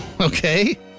Okay